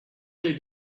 they